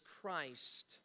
Christ